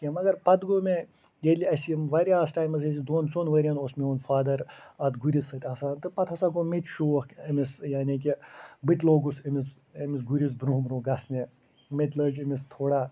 کیٚنٛہہ مَگر پَتہٕ گوٚو مےٚ ییٚلہِ اسہِ یِم واریاہَس ٹایمَس ٲسۍ دوٚن ژوٚن ؤرۍ ین اوس میٛون فادر اَتھ گُرِس سۭتۍ آسان تہٕ پَتہٕ ہسا گوٚو مےٚ تہِ شوق أمِس یعنی کہِ بہٕ تہِ لوٚگُس أمِس أمِس گُرِس برٛونٛہہ برٛونٛہہ گژھنہِ مےٚ تہِ لٲجۍ أمِس تھوڑا